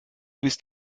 bist